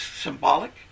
symbolic